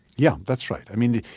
yeah that's right. i mean,